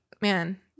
man